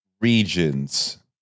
regions